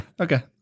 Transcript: Okay